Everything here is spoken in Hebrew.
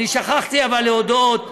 אבל שכחתי להודות לאמילי,